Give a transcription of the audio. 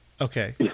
Okay